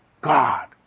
God